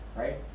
right